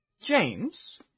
James